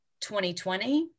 2020